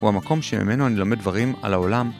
הוא המקום שממנו אני לומד דברים על העולם.